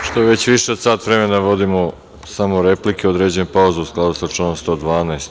Pošto već više od sat vremena vodimo samo replike, određujem pauzu u skladu sa članom 112.